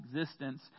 existence